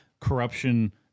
corruption